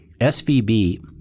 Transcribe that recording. SVB